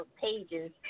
pages